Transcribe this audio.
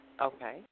Okay